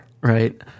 right